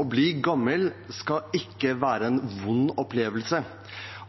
Å bli gammel skal ikke være en vond opplevelse.